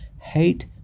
hate